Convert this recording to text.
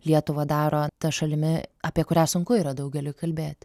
lietuvą daro ta šalimi apie kurią sunku yra daugeliui kalbėt